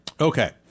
Okay